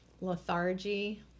lethargy